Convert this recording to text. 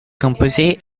composés